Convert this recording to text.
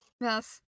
Yes